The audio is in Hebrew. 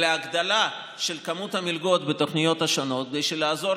אלא הגדלה של כמות המלגות בתוכניות השונות כדי לעזור